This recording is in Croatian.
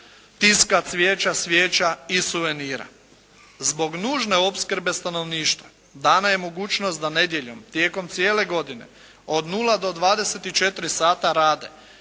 tiska, cvijeća, svijeća i suvenira. Zbog nužne opskrbe stanovništva dana je mogućnost da nedjeljom tijekom cijele godine od 0 do 24 sata rade